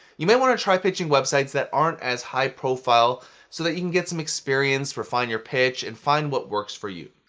you may want to try pitching websites that aren't as high profile so that you can get some experience, refine your pitch, and find what works for you.